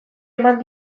eman